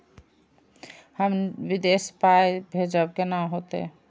हम विदेश पाय भेजब कैना होते?